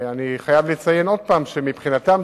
אני חייב לציין עוד פעם שמבחינתם,